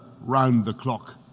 round-the-clock